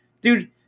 dude